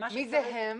מי זה הם?